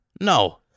No